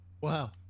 Wow